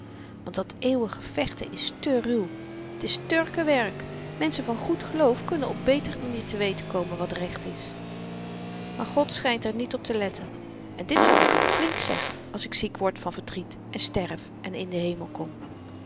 want dat eeuwige vechten is te ruw t is turkenwerk menschen van goed geloof kunnen op beter manier te weten komen wat recht is maar god schynt er niet op te letten en dit zal ik hem flink zeggen als ik ziek word van verdriet en sterf en in den hemel kom